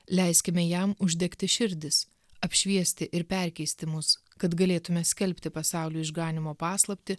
leiskime jam uždegti širdis apšviesti ir perkeisti mus kad galėtume skelbti pasauliui išganymo paslaptį